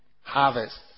Harvest